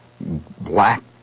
black